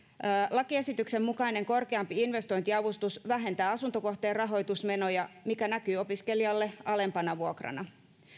lakiesityksen mukainen korkeampi investointiavustus vähentää asuntokohteen rahoitusmenoja mikä näkyy opiskelijalle alempana vuokrana